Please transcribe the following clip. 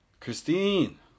Christine